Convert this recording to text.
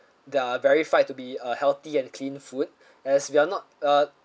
that are verified to be a healthy and clean food as we are not uh